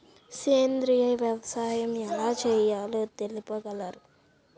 సేంద్రీయ వ్యవసాయం ఎలా చేయాలో తెలుపగలరు?